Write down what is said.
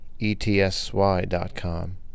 ETSY.com